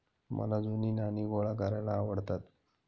मला जुनी नाणी गोळा करायला आवडतात